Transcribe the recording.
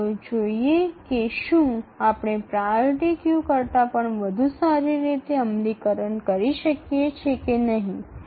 এরপর আমরা দেখতে পারি প্রায়রিট কিউ এর থেকে আমাদের আরও ভাল বাস্তবায়ন হতে পারে কিনা